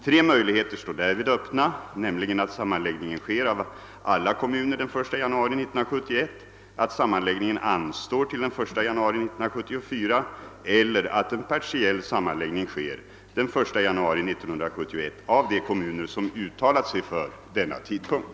Tre möjligheter står därvid öppna, nämligen att sammanläggning sker av alla kommuner den 1 januari 1971, att sammanläggningen anstår till den 1 januari 1974 eller att en partiell sammanläggning sker den 1 januari 1971 av de kommuner som uttalat sig för denna tidpunkt.